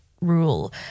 rule